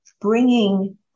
bringing